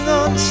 on